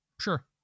sure